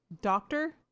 doctor